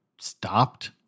stopped